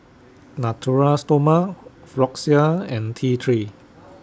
Natura Stoma Floxia and T three